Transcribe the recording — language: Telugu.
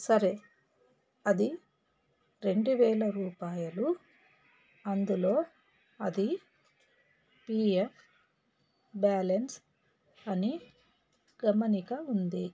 సరే అది రెండువేల రూపాయలు అందులో అది పీఎఫ్ బ్యాలెన్స్ అని గమనిక ఉంది